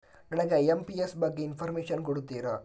ನನಗೆ ಐ.ಎಂ.ಪಿ.ಎಸ್ ಬಗ್ಗೆ ಇನ್ಫೋರ್ಮೇಷನ್ ಕೊಡುತ್ತೀರಾ?